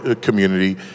community